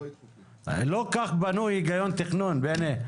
לא כך בנוי היגיון תכנון, בני.